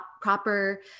proper